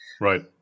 right